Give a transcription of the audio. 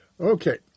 Okay